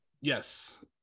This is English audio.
Yes